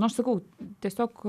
nu aš sakau tiesiog